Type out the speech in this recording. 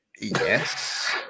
Yes